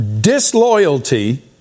disloyalty